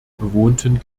bewohnten